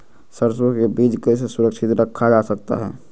सरसो के बीज कैसे सुरक्षित रखा जा सकता है?